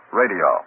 radio